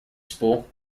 spool